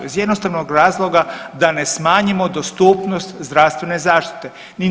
Iz jednostavnog razloga da ne smanjimo dostupnost zdravstvene zaštite.